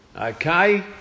Okay